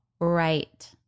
Right